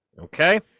Okay